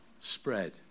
spread